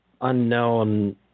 unknown